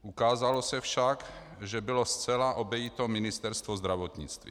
Ukázalo se však, že bylo zcela obejito Ministerstvo zdravotnictví.